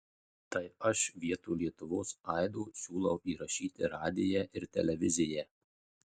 tai aš vietoj lietuvos aido siūlau įrašyti radiją ir televiziją